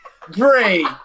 Great